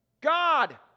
God